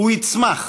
הוא יצמח.